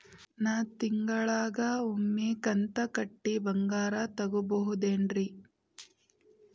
ನಾ ತಿಂಗಳಿಗ ಒಮ್ಮೆ ಕಂತ ಕಟ್ಟಿ ಬಂಗಾರ ತಗೋಬಹುದೇನ್ರಿ?